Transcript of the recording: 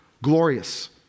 Glorious